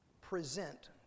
present